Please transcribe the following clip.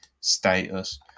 status